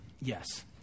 Yes